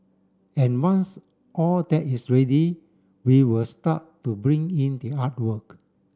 and once all that is ready they will start to bring in the artwork